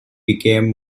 became